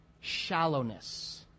Shallowness